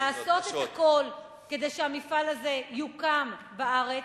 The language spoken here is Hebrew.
לעשות הכול כדי שהמפעל הזה יוקם בארץ,